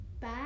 Bye